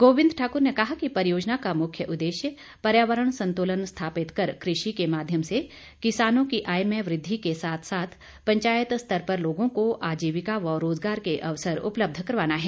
गोविंद ठाक्र ने कहा कि परियोजना का मुख्य उद्देश्य पर्यावरण संतुलन स्थापित कर कृषि के माध्यम से किसानों की आय में वृद्धि के साथ साथ पंचायत स्तर पर लोगों को आजीविका व रोजगार के अवसर उपलब्ध करवाना है